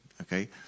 Okay